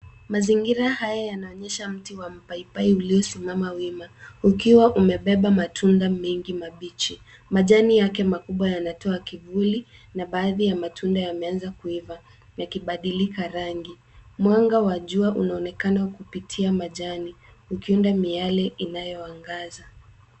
Mazingira haya yanaonyesha mti wa mpaipai uliosimama wima ukiwa umebeba matunda mengi mabichi. Majani yake makubwa yanatoa kivuli na baadhi ya matunda yameanza kuiva yakibadilika rangi. Mwanga wa jua unaonekana kupitia majani ukiunda amiale inayoangaza.